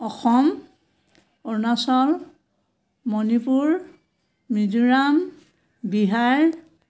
Assam Arunachal Manipur Mizoram Bihar